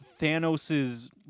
Thanos's